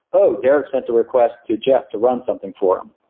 oh, derek sent the request to jeff to run something for them.